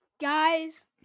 Guys